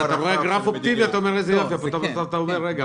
כי אתה בא עם גרף אופטימי ואומר איזה יופי אבל אז אתה אומר: רגע,